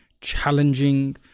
challenging